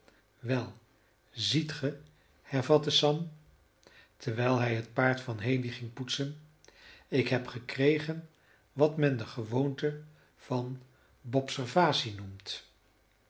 wel ziet ge hervatte sam terwijl hij het paard van haley ging poetsen ik heb gekregen wat men de gewoonte van bopservasie noemt